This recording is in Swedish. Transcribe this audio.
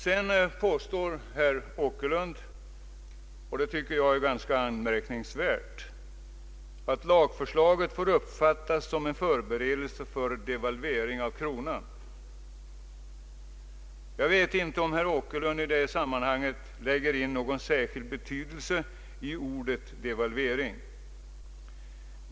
Herr Åkerlund påstår också — och det är ganska anmärkningsvärt — att lagförslaget får uppfattas som en förberedelse till devalvering av kronan. Jag vet inte om herr Åkerlund i det sammanhanget lägger in någon särskild betydelse i ordet devalvering.